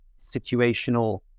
situational